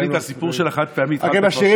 אני את הסיפור של החד-פעמי התחלתי כבר,